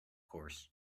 course